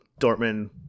Dortmund